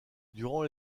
durant